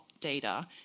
data